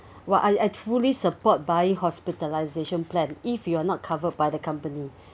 !wah! I I truly support buying hospitalisation plan if you are not covered by the company